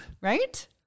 Right